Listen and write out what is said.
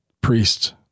priests